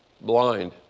blind